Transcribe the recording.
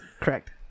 correct